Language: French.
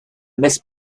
messe